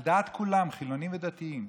על דעת כולם, חילונים ודתיים,